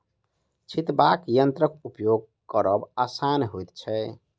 छिटबाक यंत्रक उपयोग करब आसान होइत छै